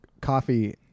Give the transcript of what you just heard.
coffee